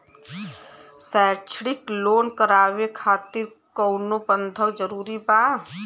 शैक्षणिक लोन करावे खातिर कउनो बंधक जरूरी बा?